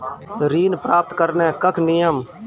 ऋण प्राप्त करने कख नियम?